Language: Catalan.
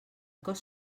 cost